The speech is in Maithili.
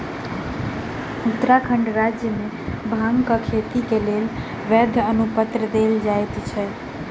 उत्तराखंड राज्य मे भांगक खेती के लेल वैध अनुपत्र देल जाइत अछि